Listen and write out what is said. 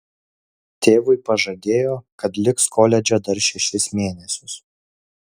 tėvui pažadėjo kad liks koledže dar šešis mėnesius